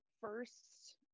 first